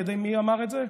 מי אמר את זה?